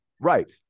Right